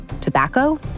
tobacco